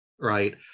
Right